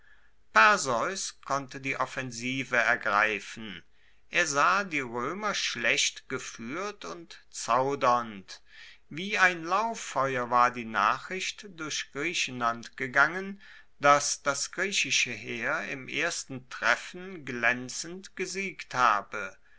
perseus konnte die offensive ergreifen er sah die roemer schlecht gefuehrt und zaudernd wie ein lauffeuer war die nachricht durch griechenland gegangen dass das griechische heer im ersten treffen glaenzend gesiegt habe